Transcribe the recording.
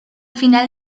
final